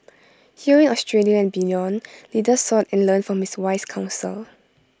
here in Australia and beyond leaders sought and learned from his wise counsel